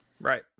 Right